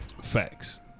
facts